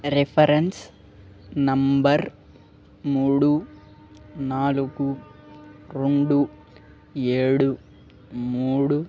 reference number మూడు నాలుగు రెండు ఏడు మూడు